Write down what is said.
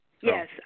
Yes